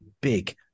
big